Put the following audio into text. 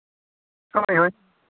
ᱦᱳᱭ ᱦᱳᱭ